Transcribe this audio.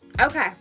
okay